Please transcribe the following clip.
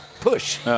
push